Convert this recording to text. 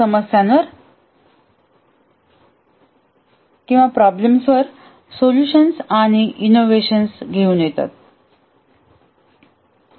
project मध्ये प्रगती होत असताना उद्भवणा्या प्रॉब्लेम्सवर सोल्यूशन्स आणि इनोवेशन्स घेऊन येत आहोत